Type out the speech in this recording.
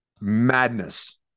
madness